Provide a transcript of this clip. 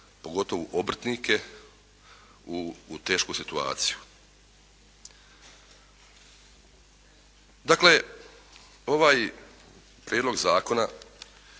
pogotovo obrtnike u tešku situaciju. Dakle, ovaj prijedlog zakona